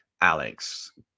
Alex